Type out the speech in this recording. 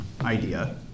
idea